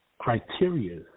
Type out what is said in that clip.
Criteria